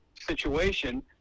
situation